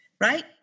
Right